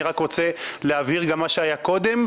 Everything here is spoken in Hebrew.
אני רק רוצה להבהיר מה היה קודם.